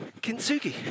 Kintsugi